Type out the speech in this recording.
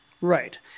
Right